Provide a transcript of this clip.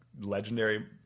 legendary